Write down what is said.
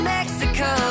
Mexico